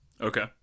Okay